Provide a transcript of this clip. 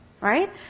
Right